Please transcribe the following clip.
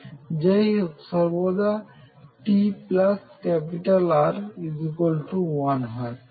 যাইহোক সর্বদা TR 1 হয়